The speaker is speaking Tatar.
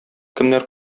кемнәр